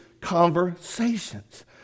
conversations